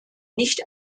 nicht